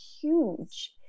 huge